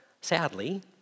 Sadly